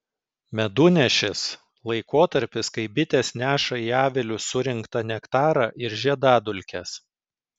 medunešis laikotarpis kai bitės neša į avilius surinktą nektarą ir žiedadulkes